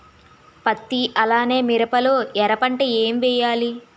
పత్తి అలానే మిరప లో ఎర పంట ఏం వేయాలి?